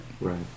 Right